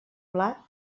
blat